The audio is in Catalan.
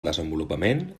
desenvolupament